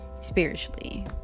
spiritually